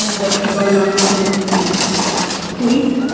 what's been going on with the state,